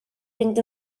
fynd